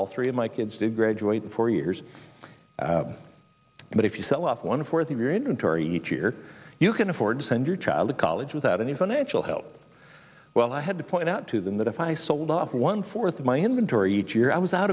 all three of my kids did graduate in four years but if you sell off one for the period and torrie each year you can afford to send your child to college without any financial help well i had to point out to them that if i sold off one fourth of my inventory each year i was out